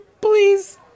please